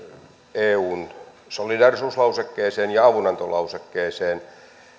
eun solidaarisuuslausekkeeseen ja avunantolausekkeeseen